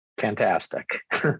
fantastic